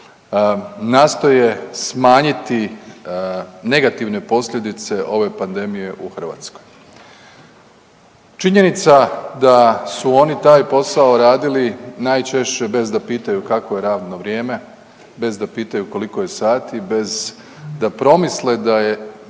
nastoje smanjiti negativne posljedice ove pandemije u Hrvatskoj. Činjenica da su oni taj posao radili najčešće bez da pitaju kakvo je radno vrijeme, bez da pitaju koliko je sati, bez da promisle da je,